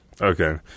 Okay